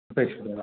अपेक्षते वा